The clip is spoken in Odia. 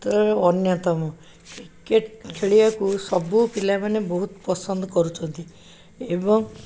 ଅନ୍ୟତମ କ୍ରିକେଟ ଖେଳିବାକୁ ସବୁ ପିଲାମାନେ ବହୁତ ପସନ୍ଦ କରୁଛନ୍ତି ଏବଂ